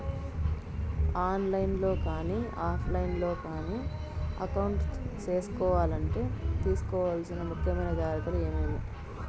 On line లో కానీ offline లో కానీ అకౌంట్ సేసుకోవాలంటే తీసుకోవాల్సిన ముఖ్యమైన జాగ్రత్తలు ఏమేమి?